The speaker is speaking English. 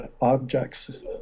objects